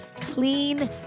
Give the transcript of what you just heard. clean